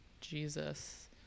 Jesus